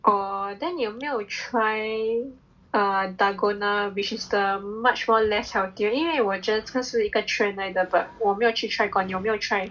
oh then 你有没有 try err dalgona which is the much more less healthier 因为我觉得这个是一个 trend 来的 but 我没有去 try 过你有没有 try